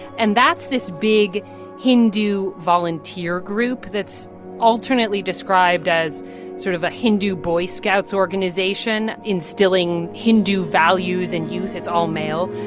and that's this big hindu volunteer group that's alternately described as sort of a hindu boy scouts organization, instilling hindu values in youth. it's all male.